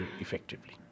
effectively